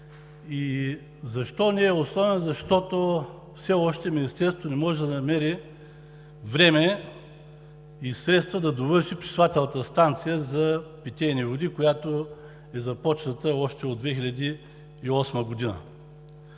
Защо не е основен? Защото все още Министерството не може да намери време и средства, за да довърши пречиствателната станция за питейни води, която е започната още от 2008 г.